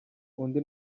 undi